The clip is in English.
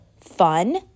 fun